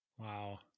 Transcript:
Wow